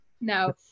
No